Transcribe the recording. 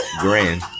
Grand